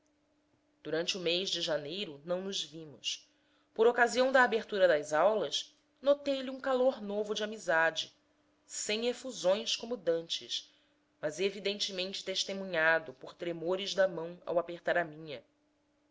durante o mês de janeiro não nos vimos por ocasião da abertura das aulas noteilhe um calor novo de amizade sem efusões como dantes mas evidentemente testemunhado por tremores da mão ao apertar a minha